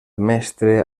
mestre